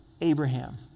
Abraham